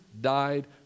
died